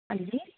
ਹਾਂਜੀ